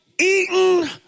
Eaten